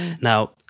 Now